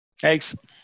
Thanks